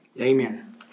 Amen